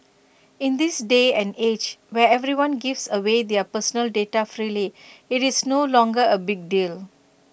in this day and age where everyone gives away their personal data freely IT is no longer A big deal